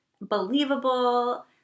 believable